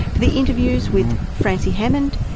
for the interviews with francie harmond,